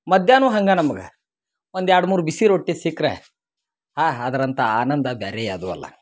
ಮಧ್ಯಾಹ್ನ ಹಂಗೆ ನಮಗೆ ಒಂದು ಎರಡು ಮೂರು ಬಿಸಿ ರೊಟ್ಟಿ ಸಿಕ್ಕರೆ ಆ ಅದ್ರಂಥ ಆನಂದ ಬ್ಯಾರೆ ಯಾವುದು ಅಲ್ಲ